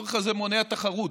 הצורך הזה מונע תחרות,